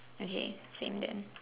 okay same then